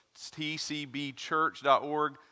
tcbchurch.org